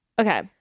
Okay